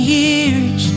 years